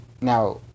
Now